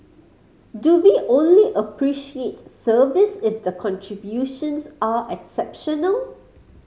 do we only appreciate service if the contributions are exceptional